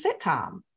sitcom